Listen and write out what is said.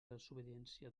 desobediència